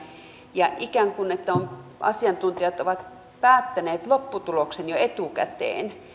ja ikään kuin että asiantuntijat ovat päättäneet lopputuloksen jo etukäteen